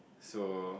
so